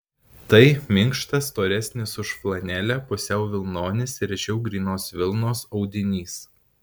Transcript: tai minkštas storesnis už flanelę pusiau vilnonis rečiau grynos vilnos audinys